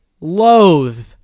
loathe